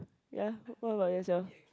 ya what about yourself